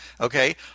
Okay